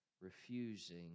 refusing